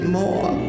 more